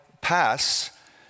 pass